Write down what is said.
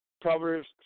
Proverbs